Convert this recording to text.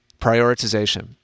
prioritization